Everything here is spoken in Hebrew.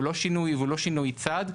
והוא לא שינוי צד.